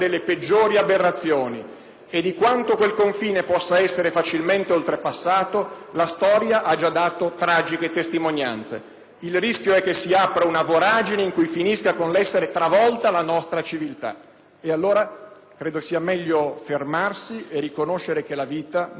Di quanto quel confine possa essere facilmente oltrepassato la storia ha già dato tragiche testimonianze. Il rischio è che si apra una voragine in cui finisca con l'essere travolta la nostra civiltà. Allora credo che sia meglio fermarsi e riconoscere che la vita non si può toccare.